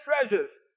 treasures